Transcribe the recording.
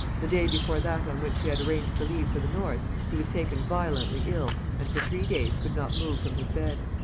the day before that on which he had arranged to leave for the north, he was taken violently ill and for three days could not move from his bed.